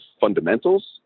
fundamentals